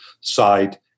side